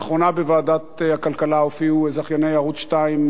לאחרונה הופיעו בוועדת הכלכלה זכייניות ערוץ-2,